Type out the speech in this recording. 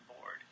board